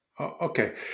Okay